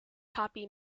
copy